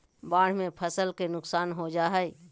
बाढ़ से फसल के नुकसान हो जा हइ